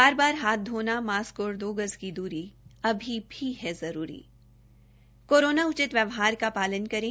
बार बार हाथ धोना मास्क और दो गज की द्री अभी भी है जरूरी कोरोना उचित व्यवहार का पालन करे